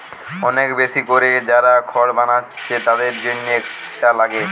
অনেক বেশি কোরে যারা খড় বানাচ্ছে তাদের জন্যে এটা লাগে